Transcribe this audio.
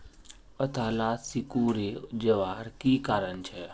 पत्ताला सिकुरे जवार की कारण छे?